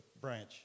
branch